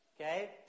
okay